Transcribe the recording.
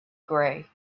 gray